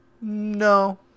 No